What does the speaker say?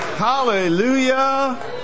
hallelujah